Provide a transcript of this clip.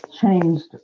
changed